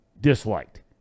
disliked